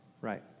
Right